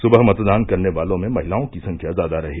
सुबह मतदान करने वालों में महिलाओं की संख्या ज्यादा रही